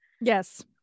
Yes